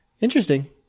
Interesting